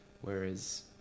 whereas